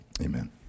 Amen